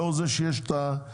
לאור זה שיש את זה.